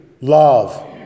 love